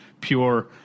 pure